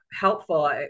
helpful